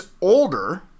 older